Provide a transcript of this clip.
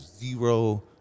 zero